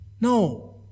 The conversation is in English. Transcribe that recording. No